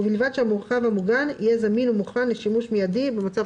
ובלבד שהמרחב המוגן יהיה זמין ומוכן לשימוש מיידי במצב